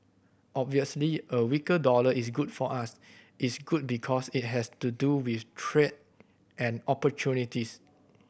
obviously a weaker dollar is good for us it's good because it has to do with trade and opportunities